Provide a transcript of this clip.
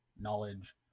knowledge